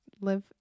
live